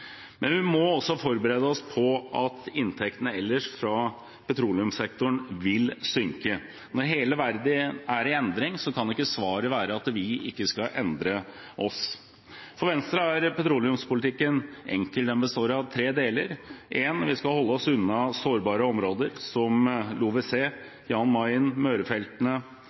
Men vi må også forberede oss på at inntektene ellers fra petroleumssektoren vil synke. Når hele verden er i endring, kan ikke svaret være at vi ikke skal endre oss. For Venstre er petroleumspolitikken enkel. Den består av tre deler: Vi skal holde oss unna sårbare områder, som LoVeSe, Jan Mayen, Mørefeltene,